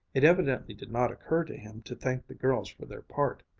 it evidently did not occur to him to thank the girls for their part.